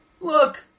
Look